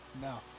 No